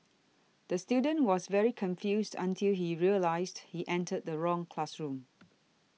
the student was very confused until he realised he entered the wrong classroom